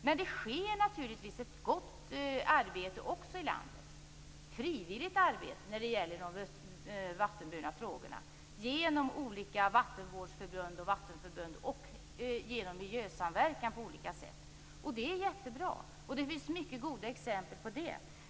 Men det sker naturligtvis också ett gott och frivilligt arbete i landet när det gäller de vattenburna frågorna genom olika vattenvårdsförbund, vattenförbund och miljösamverkan på olika sätt. Det är jättebra, och det finns många goda exempel på detta.